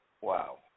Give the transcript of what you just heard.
Wow